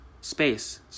space